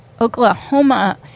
Oklahoma